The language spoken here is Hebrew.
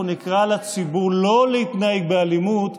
לציבור לא להתנהג באלימות,